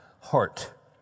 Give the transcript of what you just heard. Heart